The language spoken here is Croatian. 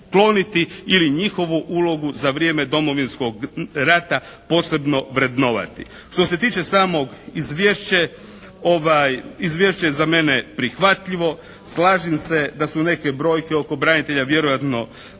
ili njihovu ulogu za vrijeme Domovinskog rata posebno vrednovati. Što se tiče samog Izvješća, Izvješće je za mene prihvatljivo. Slažem se da su neke brojke oko branitelja vjerojatno